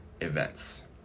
events